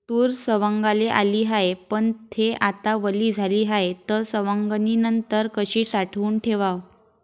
तूर सवंगाले आली हाये, पन थे आता वली झाली हाये, त सवंगनीनंतर कशी साठवून ठेवाव?